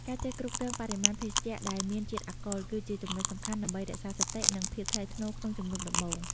ការចេះគ្រប់គ្រងបរិមាណភេសជ្ជៈដែលមានជាតិអាល់កុល គឺជាចំណុចសំខាន់ដើម្បីរក្សាសតិ និងភាពថ្លៃថ្នូរក្នុងជំនួបដំបូង។